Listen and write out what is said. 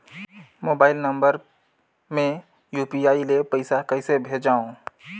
Mobile number मे UPI ले पइसा कइसे भेजवं?